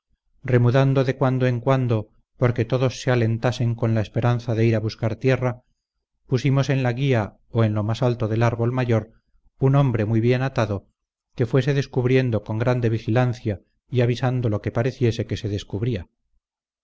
de cuando en cuando porque todos se alentasen con la esperanza de ir a buscar tierra pusimos en la guía o en lo más alto del árbol mayor un hombre muy bien atado que fuese descubriendo con grande vigilancia y avisando lo que pareciese que se descubría